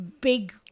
big